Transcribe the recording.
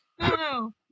No